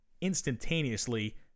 instantaneously